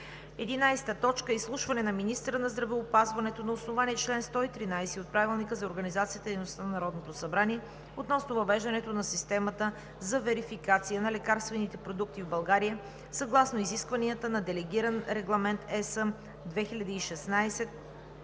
11. Изслушване на министъра на здравеопазването на основание чл. 113 от Правилника за организацията и дейността на Народното събрание относно въвеждането на системата за верификация на лекарствените продукти в България съгласно изискванията на Делегиран регламент (ЕС) 2016/161